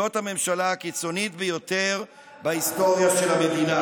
זאת הממשלה הקיצונית ביותר בהיסטוריה של המדינה,